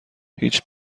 هیچ